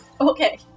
Okay